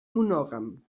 monògam